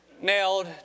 nailed